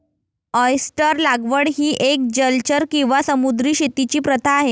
oyster लागवड ही एक जलचर किंवा समुद्री शेतीची प्रथा आहे